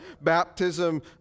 baptism